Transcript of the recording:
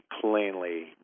plainly